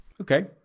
Okay